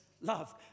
love